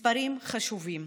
מספרים חשובים.